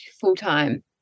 full-time